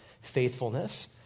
faithfulness